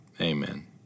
amen